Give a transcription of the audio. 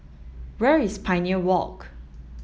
where is Pioneer Walk